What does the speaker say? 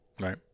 Right